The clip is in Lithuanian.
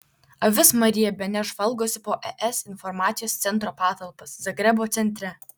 avis marija beneš žvalgosi po es informacijos centro patalpas zagrebo centre